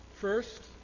First